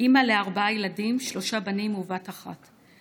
אימא לארבעה ילדים, שלושה בנים ובת אחת.